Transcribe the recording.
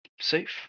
safe